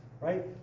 Right